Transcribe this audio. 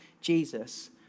Jesus